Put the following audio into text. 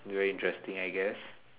very interesting I guess